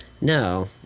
no